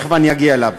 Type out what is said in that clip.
תכף אני אגיע אליו.